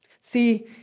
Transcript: See